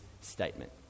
statement